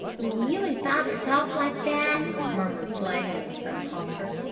when you and father talk like that, murmured flame with some hauteur,